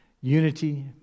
unity